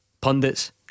pundits